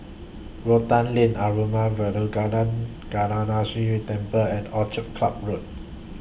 Rotan Lane Arulmigu Velmurugan Gnanamuneeswarar Temple and Orchid Club Road